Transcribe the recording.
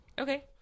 Okay